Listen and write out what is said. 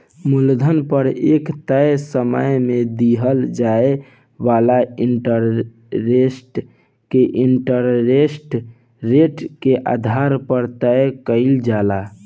मूलधन पर एक तय समय में दिहल जाए वाला इंटरेस्ट के इंटरेस्ट रेट के आधार पर तय कईल जाला